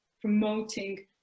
promoting